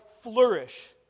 flourish